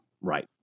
Right